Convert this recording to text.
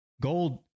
Gold